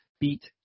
beat